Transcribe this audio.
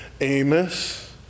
Amos